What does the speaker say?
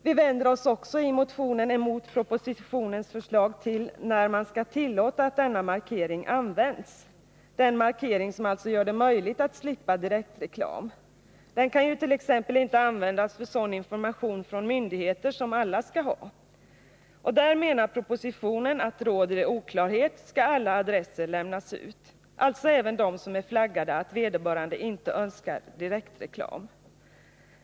Vi vänder oss också i motionen mot propositionens förslag om när man skall tillåta att denna markering används — den markering som alltså gör det möjligt att slippa direktreklam. Den kan ju inte användas för sådan information från exempelvis myndigheter som alla skall ha. Där menar propositionen att om det råder oklarhet skall alla adresser lämnas ut, alltså även de som är flaggade att vederbörande inte önskar direktreklam.